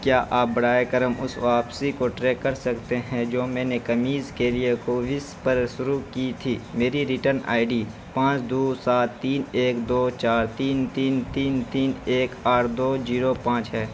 کیا آپ بر ائے کرم اس واپسی کو ٹریک کر سکتے ہیں جو میں نے قمیض کے لیے کووس پر شروع کی تھی میری ریٹرن آئی ڈی پانچ دو سات تین ایک دو چار تین تین تین تین ایک آٹھ دو جیرو پانچ ہے